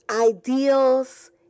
ideals